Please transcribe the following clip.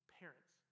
parents